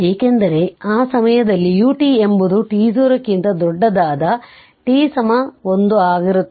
ಏಕೆಂದರೆ ಆ ಸಮಯದಲ್ಲಿ ut ಎಂಬುದು t 0 ಕ್ಕಿಂತ ದೊಡ್ಡದಾದ t 1 ಆಗಿರುತ್ತದೆ